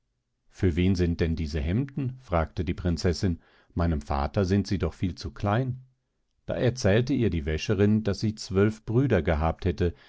für wen sind denn diese hemder fragte die prinzesinn meinem vater sind sie doch viel zu klein da erzählte ihr die wäscherin daß sie zwölf brüder gehabt hätte